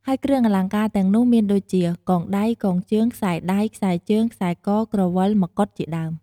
ហើយគ្រឿងអលង្ការទាំងនោះមានដូចជា កងដៃ កងជើង ខ្សែដៃ ខ្សែជើង ខ្សែក ក្រវិល មកុដ ជាដើម។